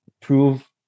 prove